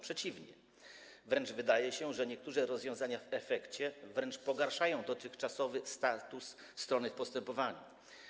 Przeciwnie, wydaje się, że niektóre rozwiązania w efekcie wręcz pogarszają dotychczasowy status strony w postępowaniu.